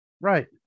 Right